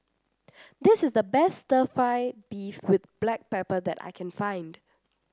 this is the best stir fry beef with Black Pepper that I can find